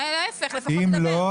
אם לא,